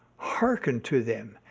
hearken to them,